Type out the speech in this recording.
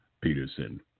Peterson